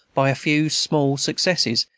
by a few small successes,